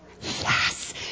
Yes